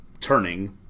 turning